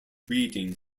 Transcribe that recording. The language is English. breeding